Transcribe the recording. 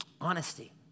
Honesty